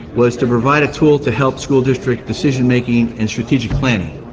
was to provide a tool to help school district decision making and strategic planning.